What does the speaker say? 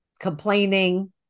complaining